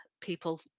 people